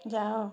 ଯାଅ